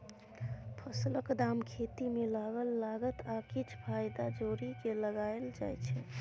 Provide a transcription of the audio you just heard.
फसलक दाम खेती मे लागल लागत आ किछ फाएदा जोरि केँ लगाएल जाइ छै